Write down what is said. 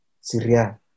Syria